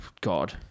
God